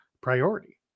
priority